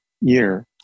year